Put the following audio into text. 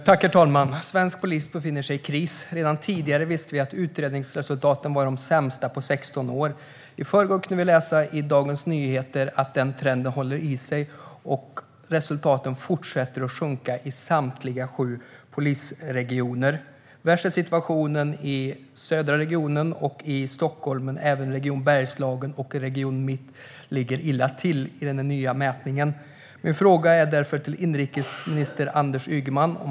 Herr talman! Svensk polis befinner sig i kris. Sedan tidigare vet vi att utredningsresultaten är de sämsta på 16 år. I förrgår kunde vi läsa i Dagens Nyheter att den trenden håller i sig, och resultaten fortsätter att sjunka i samtliga sju polisregioner. Värst är situationen i den södra regionen och i Stockholm, men även Region Bergslagen och Region Mitt ligger illa till i den nya mätningen. Jag ställer därför min fråga till inrikesminister Anders Ygeman.